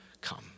come